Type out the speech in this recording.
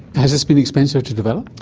has this been expensive to develop?